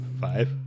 Five